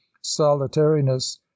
solitariness